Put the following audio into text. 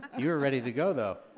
you were ready to go, though.